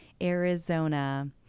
Arizona